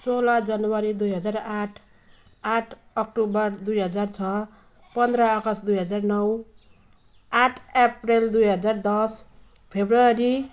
सोह्र जनवरी दुई हजार आठ आठ अक्टोबर दुई हजार छ पन्ध्र अगस्त दुई हजार नौ आठ अप्रेल दुई हजार दस फेब्रुअरी